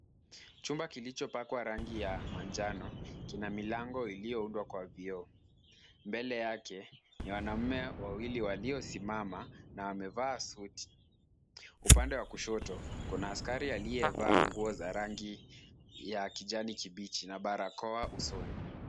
Chumba kilichopakwa rangi ya manjano, kina milango iliyoundwa kwa vioo. Mbele yake ni wanaume wawili waliosimama na wamevaa suti. Upande wa kushoto kuna askari aliyevaa nguo za rangi ya kijani kibichi na barakoa usoni.